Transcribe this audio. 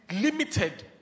limited